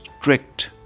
strict